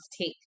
take